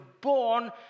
born